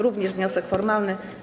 Również wniosek formalny.